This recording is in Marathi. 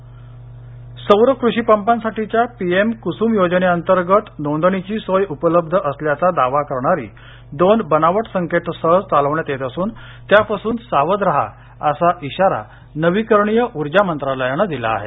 पीएम सौर कृषीपंपांसाठीच्या पीएम कुसुम योजनेअंतर्गत नोंदणीची सोय उपलब्ध असल्याचा दावा करणारी दोन बनावट संकेतस्थळं चालवण्यात येत असून त्यापासून सावध रहा असा इशारा नवीकरणीय ऊर्जा मंत्रालयानं दिला आहे